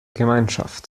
gemeinschaft